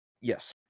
yes